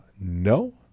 No